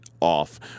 off